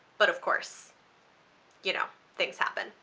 but of course you know things happen.